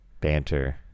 banter